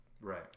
Right